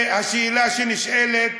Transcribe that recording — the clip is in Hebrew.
והשאלה שנשאלת: